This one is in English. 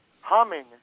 humming